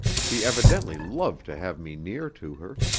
she evidently loved to have me near to her.